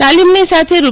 તાલીમની સાથે રૂ